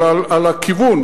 אלא על הכיוון,